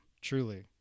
truly